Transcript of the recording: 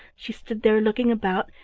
she stood there looking about,